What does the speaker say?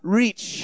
reach